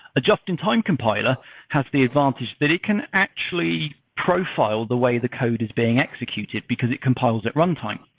a just-in-time compiler has the advantage that it can actually profile the way the code is being executed, because it compiles at runtime.